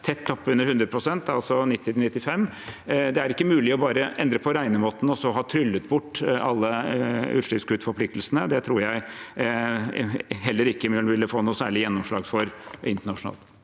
tett oppunder 100 pst., altså 90– 95 pst. Det er ikke mulig bare å endre på regnemåten og så har man tryllet bort alle utslippskuttforpliktelsene. Det tror jeg heller ikke vi ville få noe særlig gjennomslag for internasjonalt.